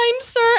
sir